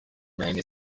meine